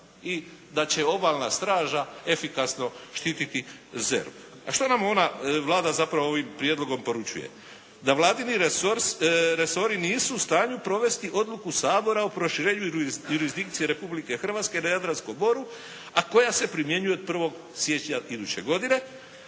i da će Obalna straža efikasno štititi ZERP. Što nam Vlada zapravo ovim prijedlogom poručuje? Da vladini resori nisu u stanju provesti odluku Sabora o proširenju i jurisdikciji Republike Hrvatske na Jadranskom moru a koja se primjenjuje od 1. siječnja iduće godine,